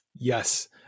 yes